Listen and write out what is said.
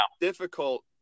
difficult